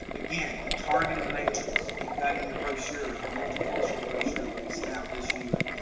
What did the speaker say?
again, targeted mailings you've got in your brochure, or multicultural brochure that we sent out this year,